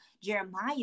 Jeremiah